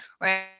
right